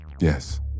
Yes